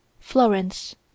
FLORENCE